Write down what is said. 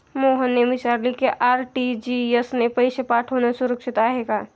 मोहनने विचारले की आर.टी.जी.एस ने पैसे पाठवणे सुरक्षित आहे का?